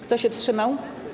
Kto się wstrzymał?